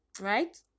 right